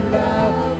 love